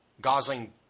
Gosling